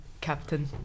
Captain